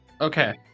Okay